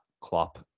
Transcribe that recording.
Klopp